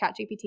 ChatGPT